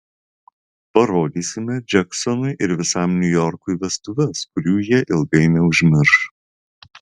parodysime džeksonui ir visam niujorkui vestuves kurių jie ilgai neužmirš